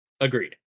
Agreed